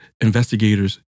investigators